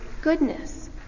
goodness